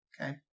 Okay